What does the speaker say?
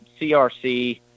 CRC